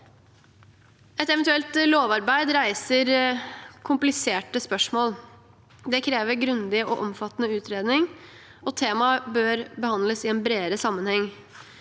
Et eventuelt lovarbeid reiser kompliserte spørsmål. Det krever en grundig og omfattende utredning, og temaet bør behandles i en bredere sammenheng.